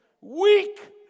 weak